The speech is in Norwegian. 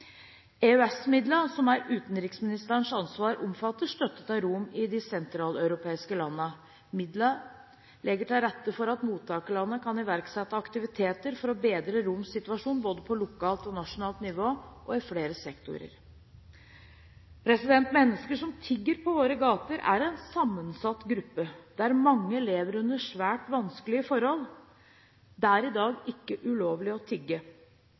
som er utenriksministerens ansvar, omfatter støtte til romer i de sentraleuropeiske landene. Midlene legger til rette for at mottakerlandene kan iverksette aktiviteter for å bedre romenes situasjon på både lokalt og nasjonalt nivå og i flere sektorer. Menneskene som tigger på våre gater, er en sammensatt gruppe, der mange lever under svært vanskelige forhold. Det er i dag ikke ulovlig å tigge.